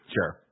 Sure